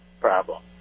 problem